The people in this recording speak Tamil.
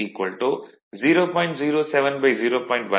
16 0